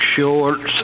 shorts